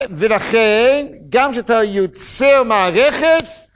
ולכן, גם כשאתה יוצר מערכת...